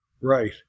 Right